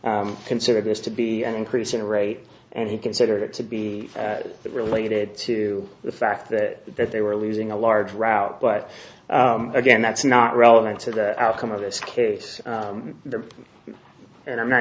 consider this to be an increase in rate and he considered it to be related to the fact that they were losing a large route but again that's not relevant to the outcome of this case and i'm not